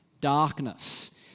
darkness